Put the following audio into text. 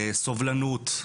סובלנות,